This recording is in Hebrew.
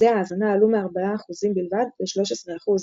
אחוזי ההאזנה עלו מארבעה אחוזים בלבד ל-13 אחוז,